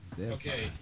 Okay